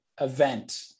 event